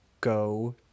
go